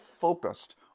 focused